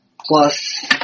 Plus